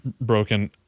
broken